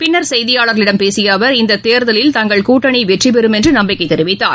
பின்னர் செய்தியாளர்களிடம் பேசிய அவர் இந்தத் தேர்தலில் தங்கள் கூட்டணி வெற்றிபெறும் என்று நம்பிக்கை தெரிவித்தார்